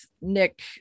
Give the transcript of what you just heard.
nick